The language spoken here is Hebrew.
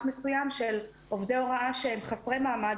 מסוים של עובדי הוראה שהם חסרי מעמד,